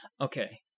Okay